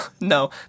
No